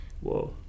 Whoa